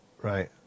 right